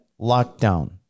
lockdown